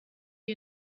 you